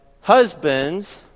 husbands